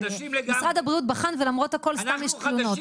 משרד הבריאות בחן ולמרות הכל יש תלונות.